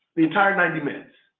the entire ninety minutes.